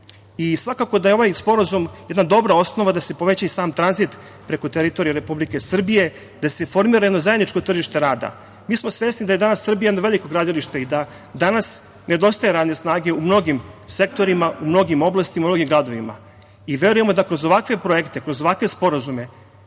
Svakako da je ovaj Sporazum jedna dobra osnova da se poveća i sam tranzit preko teritorije Republike Srbije, da se formira jedno zajedničko tržište rada. Mi smo svesni da je danas Srbija jedno veliko gradilište i da danas nedostaje radne snage u mnogim sektorima, u mnogim oblastima u mnogim gradovima. Verujemo da kroz ovakve projekte, kroz ovakve sporazume